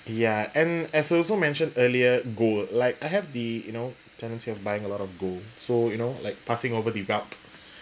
ya and as also mentioned earlier gold like I have the you know tendency of buying a lot of gold so you know like passing over the belt